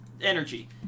energy